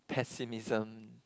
pessimism